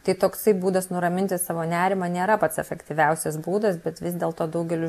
tai toksai būdas nuraminti savo nerimą nėra pats efektyviausias būdas bet vis dėlto daugelis